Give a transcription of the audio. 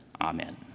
Amen